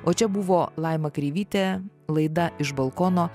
o čia buvo laima kreivytė laida iš balkono